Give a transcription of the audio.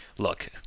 Look